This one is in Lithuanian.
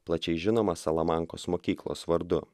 plačiai žinomą salamankos mokyklos vardu